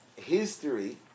History